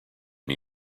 new